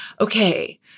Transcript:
okay